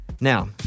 Now